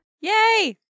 Yay